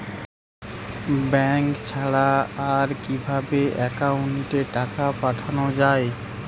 Bank ছাড়া আর কিভাবে একাউন্টে টাকা পাঠানো য়ায়?